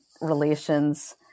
relations